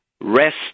rest